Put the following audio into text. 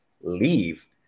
leave